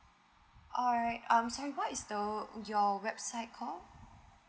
alright um sorry what is the your website call